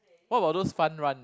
what about those fun run